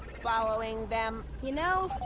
following them. you know,